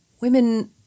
Women